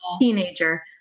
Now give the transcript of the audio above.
teenager